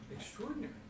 extraordinary